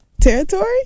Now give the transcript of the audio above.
Territory